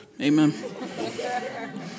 Amen